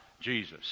jesus